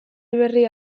berria